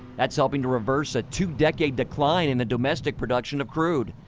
thats helping to reverse a two decade decline in the domestic production of crude.